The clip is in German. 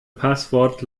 passwort